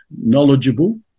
knowledgeable